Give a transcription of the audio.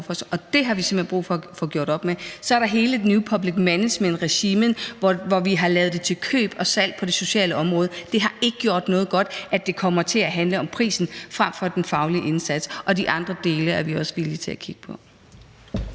Og det har vi simpelt hen brug for at få gjort op med. Så er der hele det new public management-regime, hvor vi har lavet det til køb og salg på det sociale område, og det har ikke gjort noget godt, at det kommer til at handle om prisen fremfor den faglige indsats, og de andre dele er vi også villige til at kigge på.